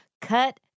Cut